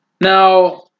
Now